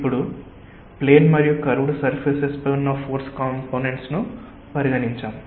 ఇప్పుడు ప్లేన్ మరియు curved surfaces పై ఉన్న ఫోర్స్ కాంపొనెంట్స్ ను పరిగణించాము